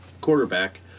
quarterback